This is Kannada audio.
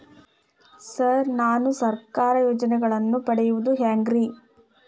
ಸರ್ ನಾನು ಸರ್ಕಾರ ಯೋಜೆನೆಗಳನ್ನು ಪಡೆಯುವುದು ಹೆಂಗ್ರಿ?